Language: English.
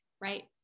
Right